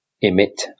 emit